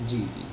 جی